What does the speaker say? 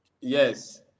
Yes